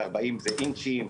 זה אינצ'ים?